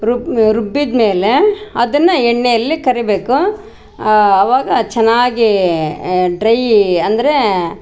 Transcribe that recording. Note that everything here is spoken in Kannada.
ರುಬ್ ರುಬ್ಬಿದ ಮೇಲೆ ಅದನ್ನ ಎಣ್ಣೆಯಲ್ಲಿ ಕರಿಬೇಕು ಅವಾಗ ಚೆನ್ನಾಗಿ ಡ್ರಯ್ ಅಂದರೆ